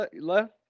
left